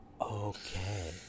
Okay